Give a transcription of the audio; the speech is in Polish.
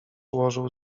ułożył